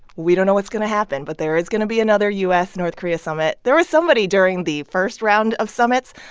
we don't know what's going to happen, but there is going to be another u s north korea summit. there was somebody, during the first round of summits,